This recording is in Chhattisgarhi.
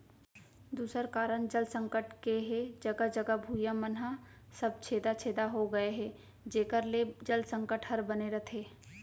दूसर कारन जल संकट के हे जघा जघा भुइयां मन ह सब छेदा छेदा हो गए हे जेकर ले जल संकट हर बने रथे